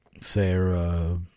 Sarah